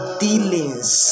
dealings